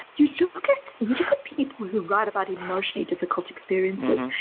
you look at people who write about emotionally difficult experiences,